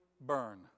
burn